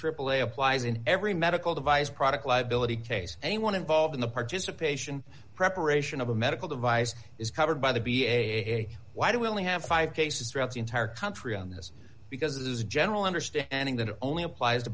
be aaa applies in every medical device product liability case anyone involved in the participation preparation of a medical device is covered by the b a why do we only have five cases throughout the entire country on this because this is a general understanding that only applies